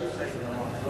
אני לא מסדר ג'ובים.